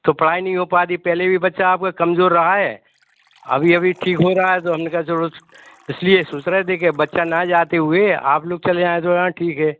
तो पढ़ाई नहीं हो पाती पहले भी बच्चा आपका कमज़ोर रहा है अभी अभी ठीक हो रहा है तो हम ने कहा चलो इस लिए सोच रहे थे कि अब बच्चा ना जाते हुए आप लोग चले जाएं थोड़ा ठीक है